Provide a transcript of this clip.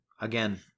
again